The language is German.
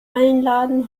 einladen